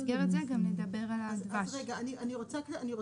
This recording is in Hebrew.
יש לנו